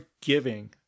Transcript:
giving